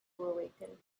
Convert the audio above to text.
awaken